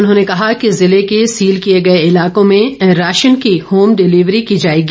उन्होंने कहा कि जिले के सील किए गए इलाकों में राशन की होम डिलिवरी की जाएगी